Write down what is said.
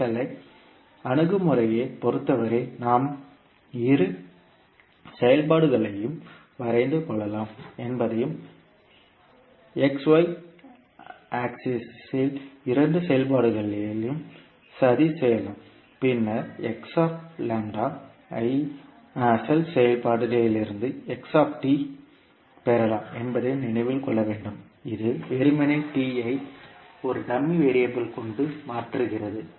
வரைகலை அணுகுமுறையைப் பொறுத்தவரை நாம் இரு செயல்பாடுகளையும் வரைந்து கொள்ளலாம் என்பதையும் xy அச்சில் இரண்டு செயல்பாடுகளையும் சதி செய்யலாம் பின்னர் ஐ அசல் செயல்பாட்டிலிருந்து பெறலாம் என்பதையும் நினைவில் கொள்ள வேண்டும் இது வெறுமனே ஐ ஒரு டம்மி வேறியபிள் கொண்டு மாற்றுகிறது